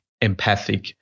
empathic